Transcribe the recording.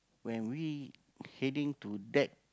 when we heading to that